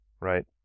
right